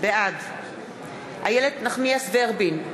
בעד איילת נחמיאס ורבין,